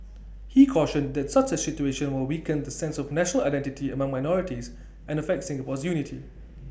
he cautioned that such A situation will weaken the sense of national identity among minorities and affect Singapore's unity